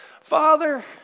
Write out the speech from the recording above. Father